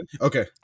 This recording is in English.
Okay